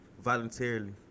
voluntarily